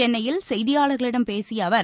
சென்னையில் செய்தியாளர்களிடம் பேசிய அவர்